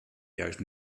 juist